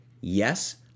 Yes